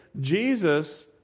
Jesus